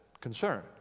concern